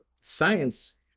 science